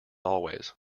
always